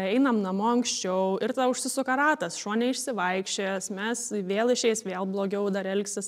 einam namo anksčiau ir tada užsisuka ratas šuo neišsivaikščiojęs mes vėl išeis vėl blogiau dar elgsis